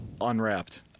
Unwrapped